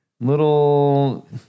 little